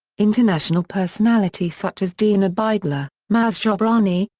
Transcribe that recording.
international personalities such as dean obeidallah, maz jobrani,